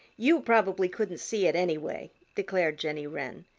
you probably couldn't see it, anyway, declared jenny wren.